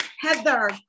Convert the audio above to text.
Heather